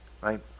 right